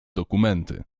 dokumenty